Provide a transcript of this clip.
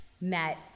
met